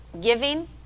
giving